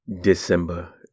December